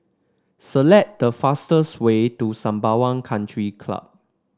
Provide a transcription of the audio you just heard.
select the fastest way to Sembawang Country Club